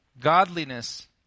godliness